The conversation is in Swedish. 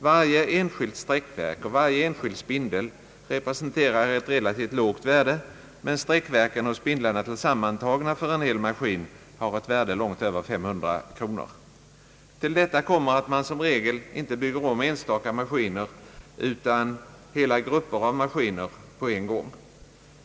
Varje enskilt sträckverk och varje enskild spindel representerar ett relativt lågt värde, men sträckverken och spindlarna tillsammantagna för en hel maskin har ett värde långt över 500 kronor. Till detta kommer att man som regel inte bygger om enstaka maskiner utan hela grupper av maskiner på en gång.